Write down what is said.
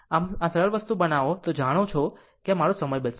આમ જો સરળ બનાવશો તો તે જાણો તો મારો સમય બચશે